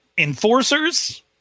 Enforcers